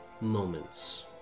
moments